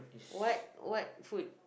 what what food